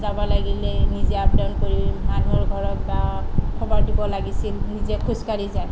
যাব লাগিলে নিজে আপ ডাউন কৰি মানুহৰ ঘৰত বা খবৰ দিব লাগিছিল নিজে খোজকাঢ়ি যায়